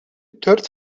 төрт